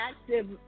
active